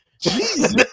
Jesus